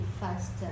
faster